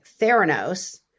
Theranos